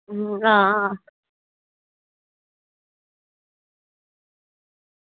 आं